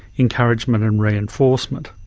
encouragement and reinforcement.